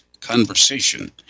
conversation